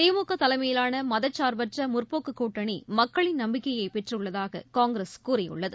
திமுக தலைமையிலான மதச்சார்பற்ற முற்போக்குக் கூட்டணி மக்களின் நம்பிக்கையை பெற்றுள்ளதாக காங்கிரஸ் கூறியுள்ளது